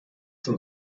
zum